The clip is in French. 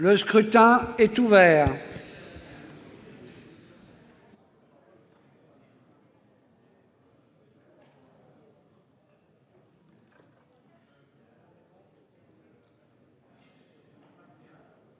Le scrutin est ouvert.